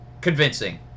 convincing